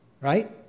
right